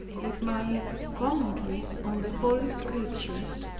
with my commentaries on the holy scriptures.